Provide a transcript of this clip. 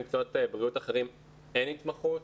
במקצועות בריאות אחרים אין התמחות.